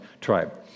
tribe